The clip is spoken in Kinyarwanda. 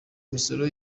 misoro